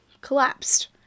collapsed